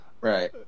Right